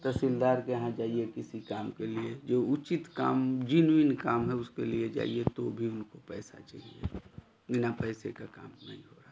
तहसिलदार के यहाँ जाइए किसी काम के लिए जो उचित काम जिनविन काम है उसके लिए जाइए तो भी उनको पैसा चाहिए बिना पैसे का काम नहीं हो रहा है